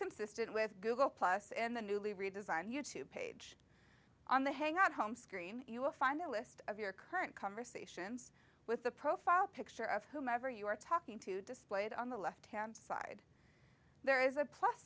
consistent with google plus in the newly redesigned you tube page on the hangout home screen you will find a list of your current conversations with the profile picture of whomever you are talking to displayed on the left hand side there is a plus